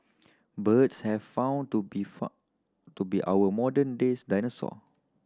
birds have found to be found to be our modern days dinosaur